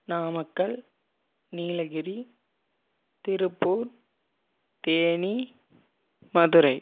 Namakkal Nilgiri Tiruppur Theni Madurai